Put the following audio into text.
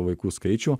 vaikų skaičių